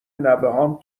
نوهام